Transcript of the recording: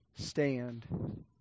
stand